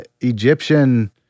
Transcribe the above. Egyptian